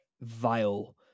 vile